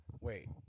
wait